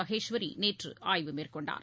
மகேஸ்வரி நேற்று ஆய்வு மேற்கொண்டார்